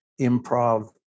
improv